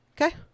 Okay